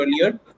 earlier